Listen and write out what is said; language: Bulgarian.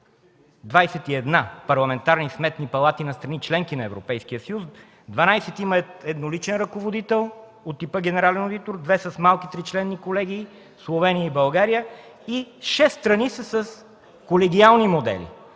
21 парламентарни сметни палати на страни – членки на Европейския съюз, 12 имат едноличен ръководител от типа „генерален одитор”, две са с малки тричленни колегии – Словения и България, и шест страни са с колегиални модели.